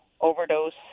overdose